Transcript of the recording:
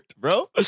bro